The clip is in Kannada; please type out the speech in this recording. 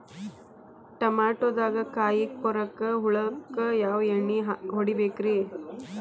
ಟಮಾಟೊದಾಗ ಕಾಯಿಕೊರಕ ಹುಳಕ್ಕ ಯಾವ ಎಣ್ಣಿ ಹೊಡಿಬೇಕ್ರೇ?